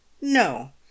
no